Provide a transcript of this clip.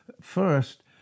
First